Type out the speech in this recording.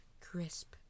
crisp